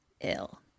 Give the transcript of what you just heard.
ill